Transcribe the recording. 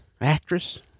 Actress